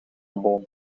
boom